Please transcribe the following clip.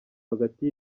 hagati